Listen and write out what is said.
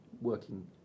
working